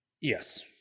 yes